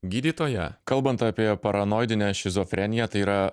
gydytoja kalbant apie paranoidinę šizofreniją tai yra